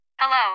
Hello